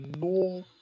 no